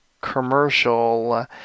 commercial